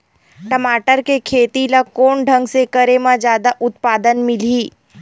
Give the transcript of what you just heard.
टमाटर के खेती ला कोन ढंग से करे म जादा उत्पादन मिलही?